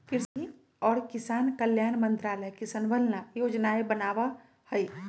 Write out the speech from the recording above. कृषि और किसान कल्याण मंत्रालय किसनवन ला योजनाएं बनावा हई